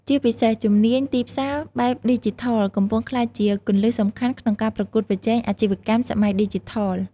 ជាពិសេស ជំនាញ ទីផ្សារបែបឌីជីថល កំពុងក្លាយជាគន្លឹះសំខាន់ក្នុងការប្រកួតប្រជែងអាជីវកម្មសម័យឌីជីថល។